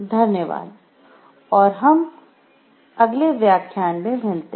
धन्यवाद और हम अगले व्याख्यान में मिलते है